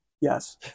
Yes